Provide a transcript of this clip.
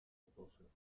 oplossen